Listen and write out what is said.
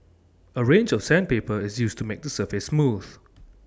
A range of sandpaper is used to make the surface smooth